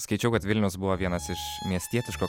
skaičiau kad vilnius buvo vienas iš miestietiško